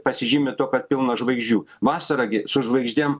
pasižymi tuo kad pilna žvaigždžių vasarą gi su žvaigždėm